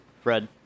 Fred